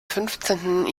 fünfzehnten